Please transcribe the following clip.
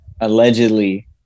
Allegedly